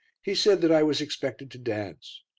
he said that i was expected to dance.